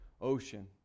ocean